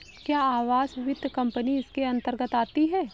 क्या आवास वित्त कंपनी इसके अन्तर्गत आती है?